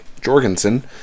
Jorgensen